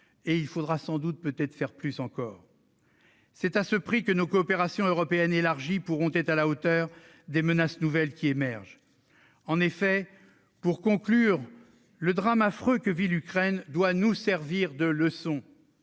de 2023. Sans doute faudra-t-il faire plus encore. C'est à ce prix que nos coopérations européennes élargies pourront être à la hauteur des menaces nouvelles qui émergent. Le drame affreux que vit l'Ukraine doit nous servir de leçon.